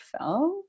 film